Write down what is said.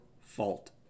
fault